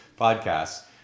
podcasts